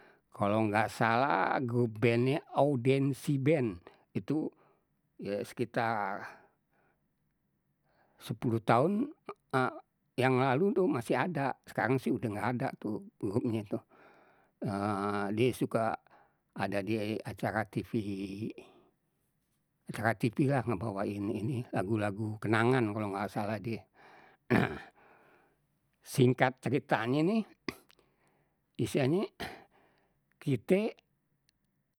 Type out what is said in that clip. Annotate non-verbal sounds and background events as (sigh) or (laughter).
Kalau nggak salah grup bandnye audensi band, itu ye sekitar sepuluh tahun (hesitation) yang lalu tu masih ada, sekarang sih udah nggak ada tu grupnye tuh. (hesitation) die suka ada di acara tv. Acara tv lah ngebawain ini lagu-lagu kenangan kalau nggak salah die, (noise) singkat ceritanye nih istilahnye kite.